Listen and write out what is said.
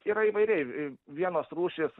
yra įvairiai vienos rūšys